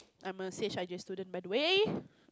I'm a C_H_I_J student by the way